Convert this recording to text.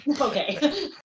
okay